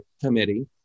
Committee